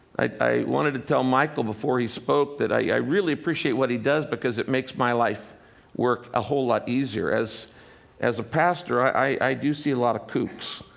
i wanted to tell michael before he spoke that i really appreciate what he does, because it makes my life work a whole lot easier. as a pastor, i i do see a lot of kooks.